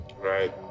Right